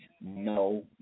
no